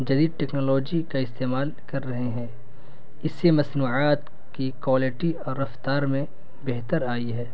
جدید ٹیکنالوجی کا استعمال کر رہے ہیں اس سے مصنوعات کی کولٹی اور رفتار میں بہتر آئی ہے